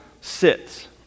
sits